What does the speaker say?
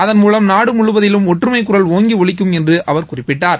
அதன் மூலம் நாடு முழுவதிலும் ஒற்றுமைக்குரல் ஒங்கி ஒலிக்கும் என்று அவர் குறிப்பிட்டார்